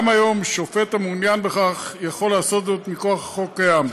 גם היום שופט המעוניין בכך יכול לעשות זאת מכוח החוק הקיים.